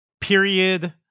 period